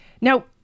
Now